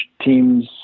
teams